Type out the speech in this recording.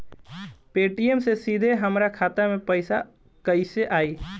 Paytm से सीधे हमरा खाता मे पईसा कइसे आई?